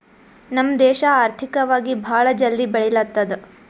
ನಮ್ ದೇಶ ಆರ್ಥಿಕವಾಗಿ ಭಾಳ ಜಲ್ದಿ ಬೆಳಿಲತ್ತದ್